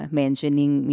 mentioning